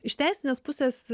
iš teisinės pusės